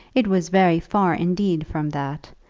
it was very far indeed from that,